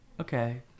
Okay